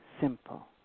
simple